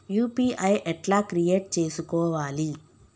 UPI ఎట్లా create చేసుకోవాలి?